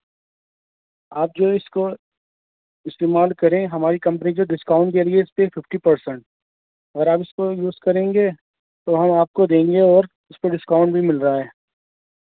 آپ جو اس کو استعمال کریں ہماری کمپنی جو ڈسکاؤنٹ دے رہی ہے اس پہ ففٹی پرسینٹ اگر آپ اس کو یوز کریں گے تو ہم آپ کو دیں گے اور اس پہ ڈسکاؤنٹ بھی مل رہا ہے